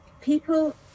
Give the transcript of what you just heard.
people